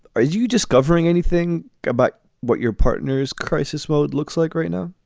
are you discovering anything about what your partners crisis mode looks like right now?